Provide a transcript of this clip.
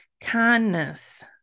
Kindness